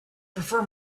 prefer